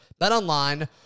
BetOnline